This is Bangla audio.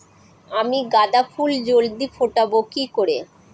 আমি গাঁদা ফুল জলদি ফোটাবো কি করে?